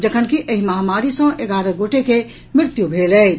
जखनकि एहि महामारी सँ एगारह गोटे के मृत्यु भेल अछि